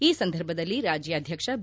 ಈ ಸಂದರ್ಭದಲ್ಲಿ ರಾಜ್ಯಾಧ್ಯಕ್ಷ ಬಿ